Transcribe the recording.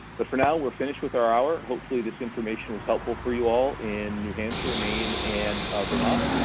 but for now we're finished with our hour. hopefully this information was helpful for you all in new hampshire, maine, and vermont.